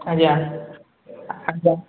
ଆଜ୍ଞା ଆଜ୍ଞା